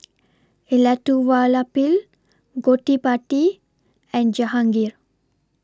Elattuvalapil Gottipati and Jahangir